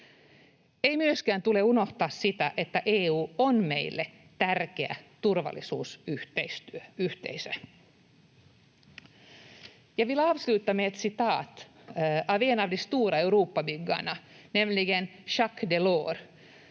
Ei myöskään tule unohtaa sitä, että EU on meille tärkeä turvallisuusyhteisö. Jag vill avsluta med ett citat av en av de stora Europabyggarna, nämligen Jacques Delors.